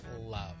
love